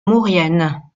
maurienne